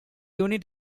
unit